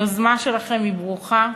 היוזמה שלכם ברוכה,